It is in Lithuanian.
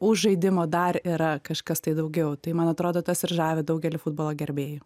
už žaidimo dar yra kažkas tai daugiau tai man atrodo tas ir žavi daugelį futbolo gerbėjų